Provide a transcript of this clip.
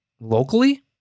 locally